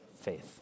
faith